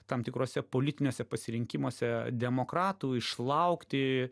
tam tikruose politiniuose pasirinkimuose demokratų išlaukti